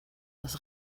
dass